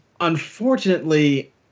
unfortunately